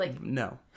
No